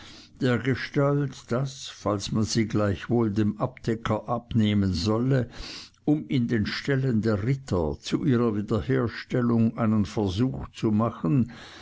dergestalt daß falls man sie gleichwohl dem abdecker abnehmen solle um in den ställen der ritter zu ihrer wiederherstellung einen versuch zu machen